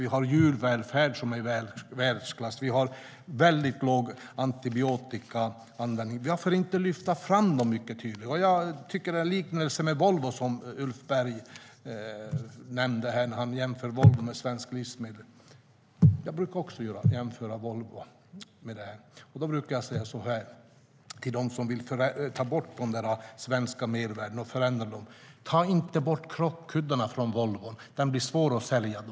Vi har djurvälfärd som är i världsklass och en mycket liten antibiotikaanvändning. Varför inte lyfta fram detta mycket tydligare? Jag tycker att det var en bra liknelse som Ulf Berg nämnde när han jämförde Volvo med svensk livsmedelsindustri. Jag brukar också jämföra den med Volvo. Då brukar jag till dem som vill förändra och ta bort de svenska mervärdena säga: Ta inte bort krockkuddarna från Volvo. Den blir svår att sälja då.